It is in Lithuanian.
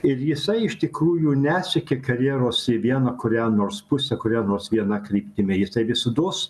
ir jisai iš tikrųjų nesiekė karjeros į vieną kurią nors pusę kuria nors viena kryptimi jisai visados